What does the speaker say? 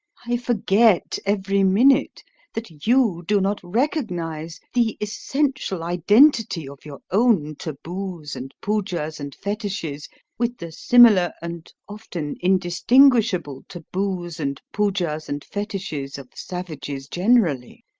i forget every minute that you do not recognise the essential identity of your own taboos and poojahs and fetiches with the similar and often indistinguishable taboos and poojahs and fetiches of savages generally.